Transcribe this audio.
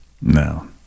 No